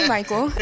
Michael